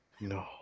No